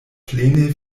plene